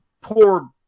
poor